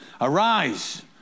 Arise